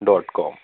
dot com